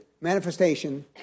manifestation